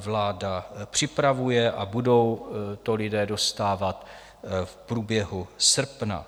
vláda připravuje a budou to lidé dostávat v průběhu srpna.